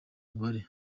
mubare